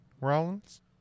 Rollins